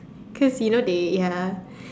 cause you know they ya